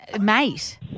mate